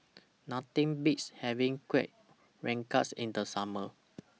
Nothing Beats having Kuih Rengas in The Summer